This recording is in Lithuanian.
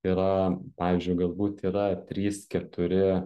yra pavyzdžiui galbūt yra trys keturi